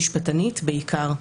משפטנית בעיקר,